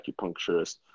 acupuncturist